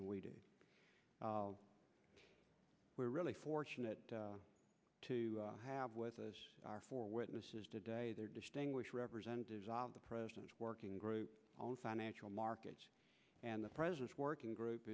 than we do we're really fortunate to have with our four witnesses today they're distinguished representatives of the president's working group on financial markets and the president working group